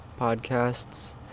podcasts